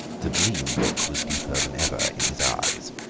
the dream look was deeper than ever in his eyes.